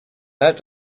that